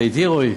אתה אתי, רועי?